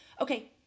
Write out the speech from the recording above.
Okay